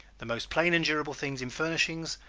the most plain and durable things in furnishings,